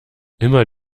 immer